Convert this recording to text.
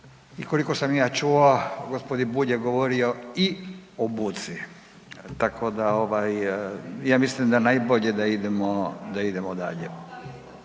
i koliko sam ja čuo gospodin Bulj je govorio i o buci, tako da je najbolje da idemo dalje.